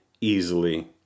easily